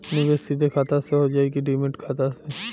निवेश सीधे खाता से होजाई कि डिमेट खाता से?